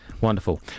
Wonderful